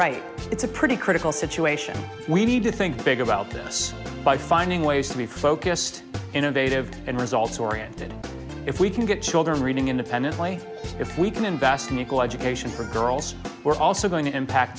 write it's a pretty critical situation we need to think big about this by finding ways to be focused innovative and results oriented if we can get children reading independently if we can invest in equal education for girls we're also going to impact